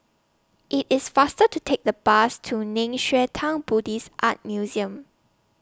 IT IS faster to Take The Bus to Nei Xue Tang Buddhist Art Museum